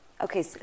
okay